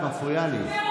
את מפריעה לי.